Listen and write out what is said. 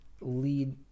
lead